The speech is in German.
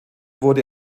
wurde